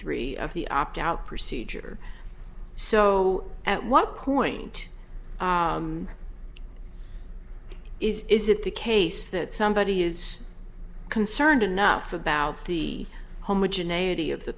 three of the opt out procedure so at what point is it the case that somebody is concerned enough about the